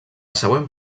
següent